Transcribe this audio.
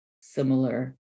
similar